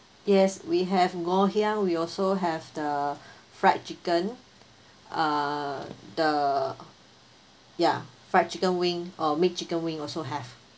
yes we have ngoh hiang we also have the fried chicken uh the ya fried chicken wing or make chicken wing also have